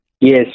Yes